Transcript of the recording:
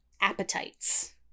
appetites